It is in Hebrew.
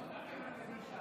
לא את החברה קדישא.